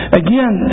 again